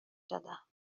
دادن